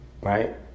right